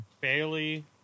Bailey